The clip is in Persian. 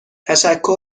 تشکر